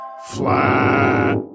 Flat